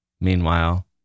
Meanwhile